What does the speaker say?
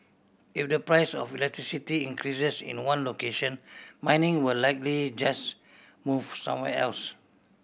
if the price of electricity increases in one location mining will likely just move somewhere else